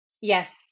yes